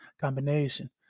combination